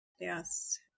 Yes